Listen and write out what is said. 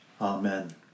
Amen